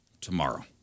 tomorrow